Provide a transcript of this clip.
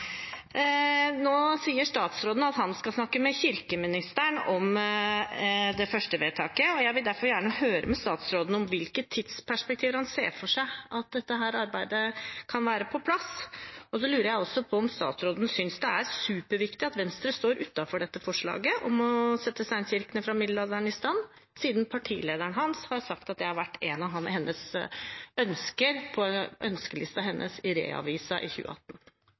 Nå sier statsråden at han skal snakke med kirkeministeren om det første vedtaket. Jeg vil derfor høre med statsråden i hvilket tidsperspektiv han ser for seg at dette arbeidet kan være på plass. Så lurer jeg også på om statsråden synes det er superviktig at Venstre står utenfor forslaget om å sette steinkirkene fra middelalderen i stand, siden partilederen hans i ReAvisa i 2018 sa at det har vært på hennes